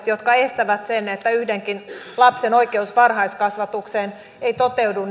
jotka aiheuttavat sen että yhdenkin lapsen oikeus varhaiskasvatukseen ei toteudu